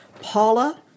Paula